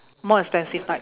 more expensive type